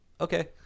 okay